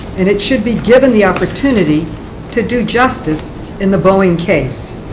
and it should be given the opportunity to do justice in the boeing case.